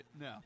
No